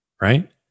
right